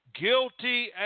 Guilty